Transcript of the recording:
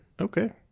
Okay